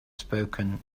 spoken